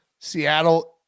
Seattle